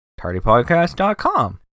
Tardypodcast.com